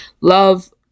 love